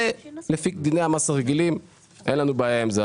זה לפי דיני המס הרגילים, אין לנו בעיה עם זה.